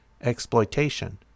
exploitation